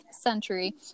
century